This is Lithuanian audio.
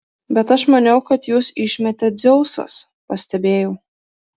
bet aš maniau kad jus išmetė dzeusas pastebėjau